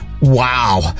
wow